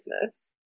business